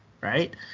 right